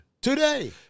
Today